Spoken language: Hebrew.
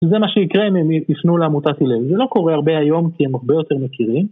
וזה מה שיקרה אם הם יפנו לעמותת הלל, זה לא קורה הרבה היום כי הם הרבה יותר מכירים.